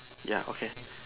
ya okay